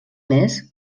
més